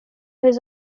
his